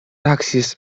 taksis